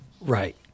Right